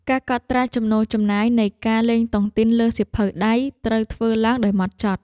ការកត់ត្រាចំណូលចំណាយនៃការលេងតុងទីនលើសៀវភៅដៃ ត្រូវធ្វើឡើងដោយហ្មត់ចត់។